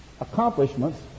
accomplishments